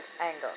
anger